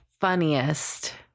Funniest